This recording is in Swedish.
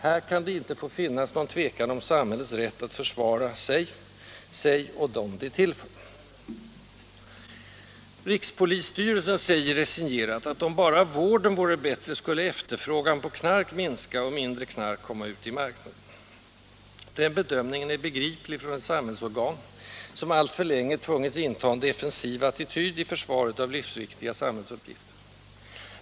Här kan det inte få finnas någon tvekan om samhällets rätt att försvara sig — sig och dem det är till för. Rikspolisstyrelsen säger resignerat att om bara vården vore bättre skulle efterfrågan på knark minska och mindre knark komma ut i marknaden. Den bedömningen är begriplig från ett samhällsorgan som alltför länge tvungits inta en defensiv attityd i försvaret av livsviktiga samhällsuppgifter.